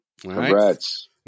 Congrats